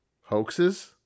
hoaxes